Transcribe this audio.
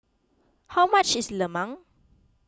how much is Lemang